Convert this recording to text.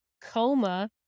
coma